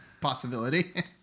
Possibility